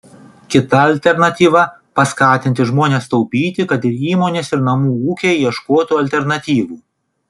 kita alternatyva paskatinti žmones taupyti kad ir įmonės ir namų ūkiai ieškotų alternatyvų